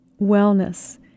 wellness